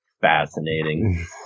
Fascinating